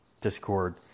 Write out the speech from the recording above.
Discord